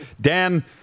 Dan